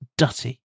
dutty